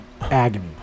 agony